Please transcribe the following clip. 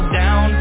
down